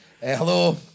Hello